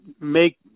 make